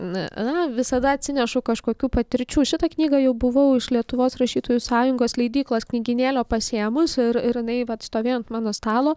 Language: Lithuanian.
na visada atsinešu kažkokių patirčių šitą knygą jau buvau iš lietuvos rašytojų sąjungos leidyklos knygynėlio pasiėmus ir ir jinai vat stovėjo ant mano stalo